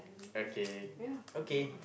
okay okay